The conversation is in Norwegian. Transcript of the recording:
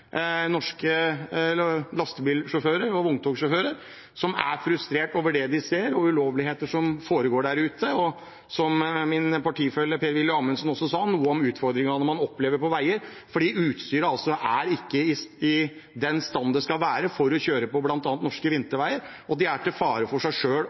norske lastebilsjåfører og vogntogsjåfører, som er frustrert over det de ser, over ulovligheter som foregår der ute, og om det også min partifelle Per-Willy Amundsen nevnte: at noen av utfordringene man opplever på veiene, skyldes at utstyret ikke er i den stand det skal være for at man skal kunne kjøre på bl.a. norske vinterveier, slik at man er til fare for seg